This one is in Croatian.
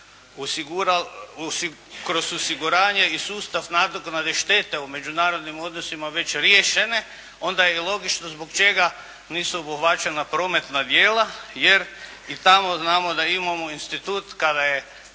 kroz osiguranje i sustav nadoknade štete u međunarodnim odnosima već riješene onda je logično zbog čega nisu obuhvaćena prometna djela, jer i tamo znamo da imamo institut kada je